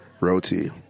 Roti